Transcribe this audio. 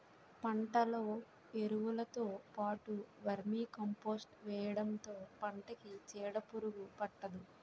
పంటలో ఎరువులుతో పాటు వర్మీకంపోస్ట్ వేయడంతో పంటకి చీడపురుగు పట్టదు